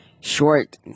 short